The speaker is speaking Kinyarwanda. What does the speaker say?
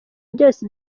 byose